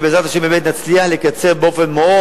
שבעזרת השם באמת נצליח לקצר באופן מאוד